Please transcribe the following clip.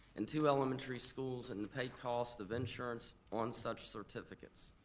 and two elementary schools and to pay cost of insurance on such certificates,